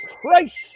Christ